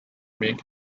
making